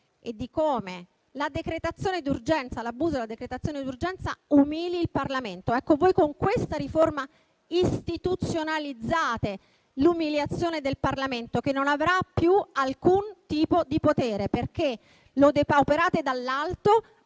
del Governo e di come l'abuso della decretazione d'urgenza umili il Parlamento. Con questa riforma istituzionalizzate l'umiliazione del Parlamento, che non avrà più alcun tipo di potere, perché lo depauperate dall'alto,